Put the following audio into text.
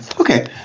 okay